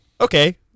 okay